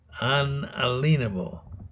Unalienable